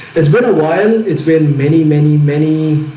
it's been a while it's been many many many